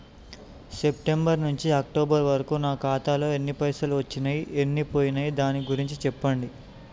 September నుంచి October వరకు నా ఖాతాలో ఎన్ని పైసలు వచ్చినయ్ ఎన్ని పోయినయ్ దాని గురించి చెప్పండి?